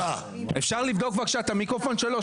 אפשר לבדוק בבקשה את המיקרופון שלו?